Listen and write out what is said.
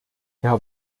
herr